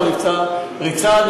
ממה הוא נפצע, הפצוע?